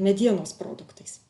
medienos produktais